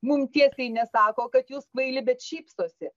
mums tiesiai nesako kad jūs kvaili bet šypsosi